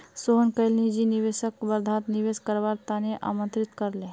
सोहन कईल निजी निवेशकक वर्धात निवेश करवार त न आमंत्रित कर ले